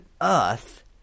earth